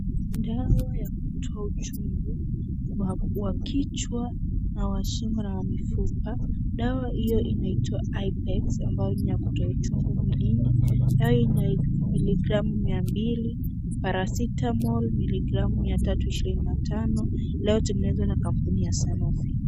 Dawa ya kutoa uchungu wa kichwa na wa shingo na wa mifupa. Dawa hiyo inaitwa ipegs ambayo ni ya kutoa uchungu mwilini ambayo ina miligramu miambili, Paracetamol miligramu mia tatu ishirini na tatu iliyotengenezwa na kampuni ya sanopy.